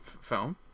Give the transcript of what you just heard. film